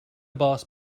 boss